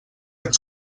ens